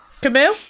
camille